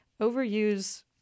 overuse